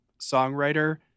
songwriter